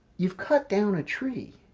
you've cut down a tree.